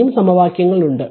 ഇനിയും സമവാക്യങ്ങൾ ഉണ്ട്